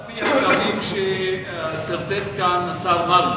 במיוחד על-פי הקווים שסרטט כאן השר מרגי,